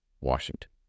Washington